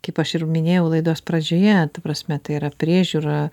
kaip aš ir minėjau laidos pradžioje ta prasme tai yra priežiūra